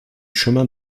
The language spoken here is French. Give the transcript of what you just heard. chemin